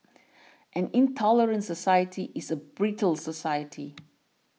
an intolerant society is a brittle society